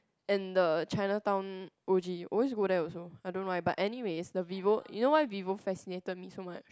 and the ChinaTown O_G always go there also I don't know why but anyway the Vivo you know why Vivo fascinated me so much